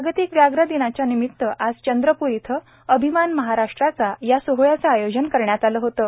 जागतिक व्याघ्र दिनाच्या निमित आज चंद्रपूर इथं अभिमान महाराष्ट्राचा या सोहळळ्याचं आयोजन करण्यात आलं होतं